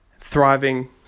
thriving